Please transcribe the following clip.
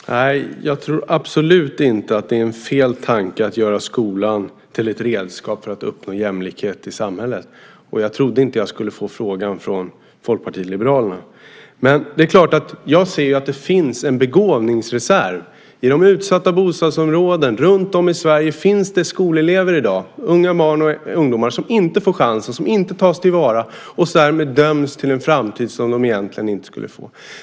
Fru talman! Nej, jag tror absolut inte att det är fel tanke att göra skolan till ett redskap för att uppnå jämlikhet i samhället, och jag trodde inte att jag skulle få den frågan från Folkpartiet liberalerna. Det är klart att jag ser att det finns en begåvningsreserv i de utsatta bostadsområdena. Runtom i Sverige finns skolelever, barn och ungdomar, som i dag inte får chansen, som inte tas till vara, och som därmed döms till en framtid som de egentligen inte borde ha.